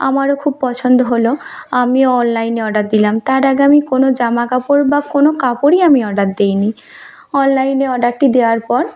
আমারও খুব পছন্দ হল আমিও অনলাইনে অর্ডার দিলাম তার আগে আমি কোনো জামা কাপড় বা কোনো কাপড়ই আমি অর্ডার দিইনি অনলাইনে অর্ডারটি দেওয়ার পর